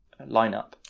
lineup